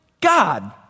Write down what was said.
God